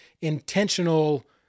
intentional